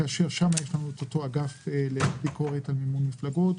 כאשר שם יש לנו את אותו אגף לביקורת על מימון הבחירות.